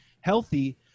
healthy